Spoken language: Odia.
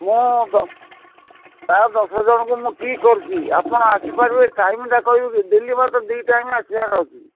ମୁଁ ପ୍ରାୟ ଦଶଜଣଙ୍କୁ ମୁଁ ଠିକ୍ କରୁଛି ଆପଣ ଆସିପାରିବେ ଟାଇମଟା କହିବେ ଡେଲି ମାତ୍ର ଦୁଇ ଟାଇମ୍ ଆସିବାର ଅଛି